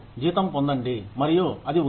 జీతం పొందండి మరియు అది ఉంది